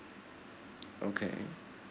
okay